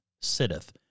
sitteth